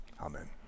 Amen